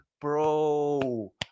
Bro